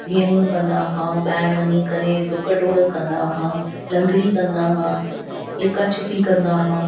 गेमू कंदा हुआ ॿाहिरि वञी करे ॾुक डोड़ कंदा हुआ लंगड़ी कंदा हुआ लिका छुपी कंदा हुआ